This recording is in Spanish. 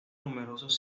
numerosos